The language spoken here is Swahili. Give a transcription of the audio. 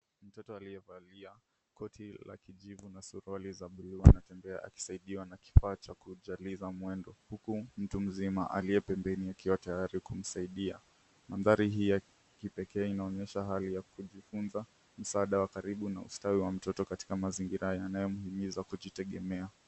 Mtoto aliyevalia koti la kijivu na suruali za bluu anatembea akisaidiwa na kifaa cha kujaliza mwendo, huku mtu mzima aliye pembeni akiwa tayari kumsaidia. Mandhari hii ya kipekee inaonyesha hali ya kujifunza, msaada wa karibu na ustawi wa mtoto katika mazingira yanayomhimiza kijitegemea.